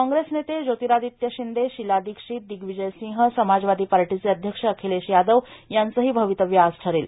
कॉग्रेस नेते ज्योतिरादित्य शिंदे शीला दीक्षित दिग्विजय सिंह समाजवादी पार्टीचे अध्यक्ष अखिलेश यादव यांचंही अवितव्य आज ठरेल